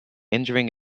injuring